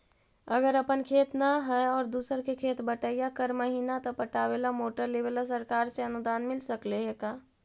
अगर अपन खेत न है और दुसर के खेत बटइया कर महिना त पटावे ल मोटर लेबे ल सरकार से अनुदान मिल सकले हे का?